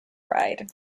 ride